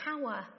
power